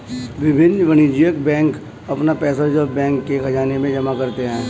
विभिन्न वाणिज्यिक बैंक अपना पैसा रिज़र्व बैंक के ख़ज़ाने में जमा करते हैं